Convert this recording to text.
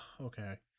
okay